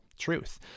truth